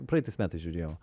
praeitais metais žiūrėjau